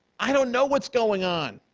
i don't know what's going on.